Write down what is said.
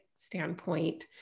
standpoint